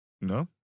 No